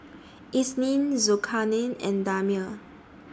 Isnin Zulkarnain and Damia